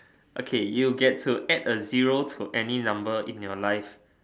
okay you got to add a zero to any number in your life